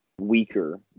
weaker